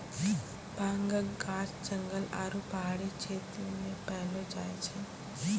भांगक गाछ जंगल आरू पहाड़ी क्षेत्र मे पैलो जाय छै